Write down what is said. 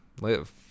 live